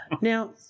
Now